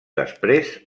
després